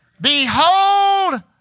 Behold